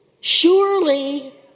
surely